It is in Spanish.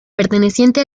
perteneciente